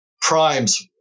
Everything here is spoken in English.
primes